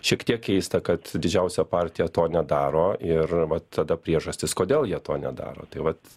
šiek tiek keista kad didžiausia partija to nedaro ir vat tada priežastys kodėl jie to nedaro tai vat